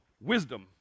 wisdom